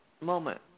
moment